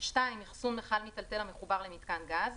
אחסון מכל מיטלטל המחובר למיתקן גז,